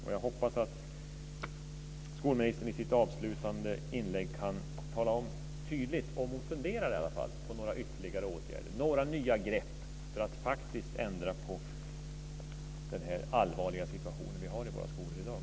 Och jag hoppas att skolministern i sitt avslutande inlägg tydligt kan tala om huruvida hon i alla fall funderar på några ytterligare åtgärder, några nya grepp för att faktiskt ändra på den allvarliga situation som vi har i våra skolor i dag.